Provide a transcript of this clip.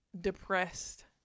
depressed